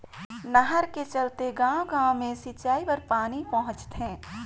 नहर के चलते गाँव गाँव मे सिंचई बर पानी पहुंचथे